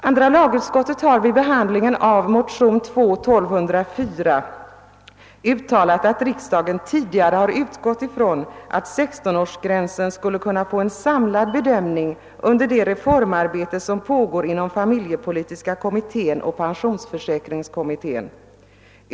Andra lagutskottet har vid behandlingen av motion II: 1204 uttalat att riksdagen tidigare har utgått ifrån att frågan om 16-årsgränsen skulle kunna bli föremål för en samlad bedömning under det reformarbete som pågår inom familjepolitiska kommittén och pensionsförsäkringskommittén.